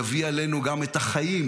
יביא עלינו גם את החיים